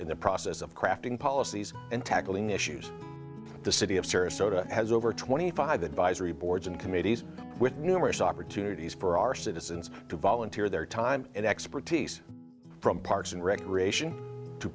in the process of crafting policies and tackling issues the city of sarasota has over twenty five advisory boards and committees with numerous opportunities for our citizens to volunteer their time and expertise from parks and recreation to